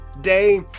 day